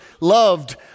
loved